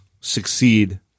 succeed